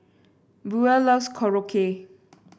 Buell loves Korokke